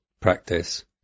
practice